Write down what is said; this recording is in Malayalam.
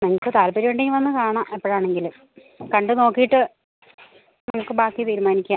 നിങ്ങൾക്ക് താല്പര്യം ഉണ്ടെങ്കിൽ വന്നു കാണാം എപ്പോഴാണെങ്കിലും കണ്ടു നോക്കിയിട്ട് നിങ്ങൾക്ക് ബാക്കി തീരുമാനിക്കാം